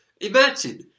Imagine